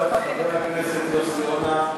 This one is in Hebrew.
חבר הכנסת יוסי יונה,